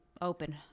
open